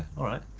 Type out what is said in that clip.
alright,